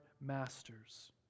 masters